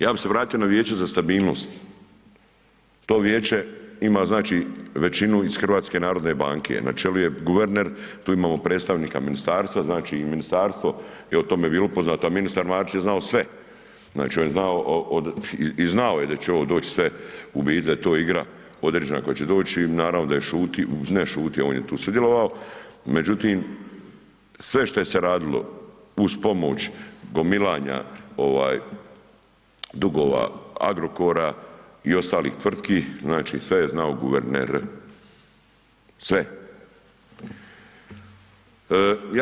Ja bi se vratio na vijeće za stabilnost, to vijeće ima, znači, većinu iz HNB-a, na čelu je guverner, tu imamo predstavnika ministarstva, znači i ministarstvo je o tome bilo upoznato, a ministar Marić je znao sve, znači, on je znao od, i znao je da će ovo doć sve u biti da je to igra određena koja će doći, naravno da je šutio, ne šutio, on je tu sudjelovao, međutim, sve šta je se radilo uz pomoć gomilanja dugova Agrokora i ostalih tvrtki, znači, sve je znao guverner, sve.